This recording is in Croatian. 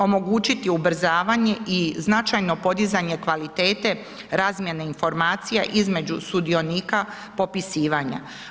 Omogućiti ubrzavanje i značajno podizanje kvalitete razmjene informacija između sudionika popisivanja.